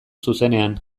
zuzenean